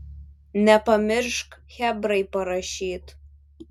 nepamiršk chebrai parašyt